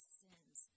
sins